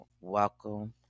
welcome